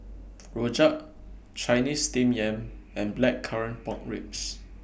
Rojak Chinese Steamed Yam and Blackcurrant Pork Ribs